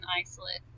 isolate